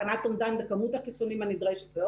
הכנת אומדן וכמות החיסונים הנדרשת,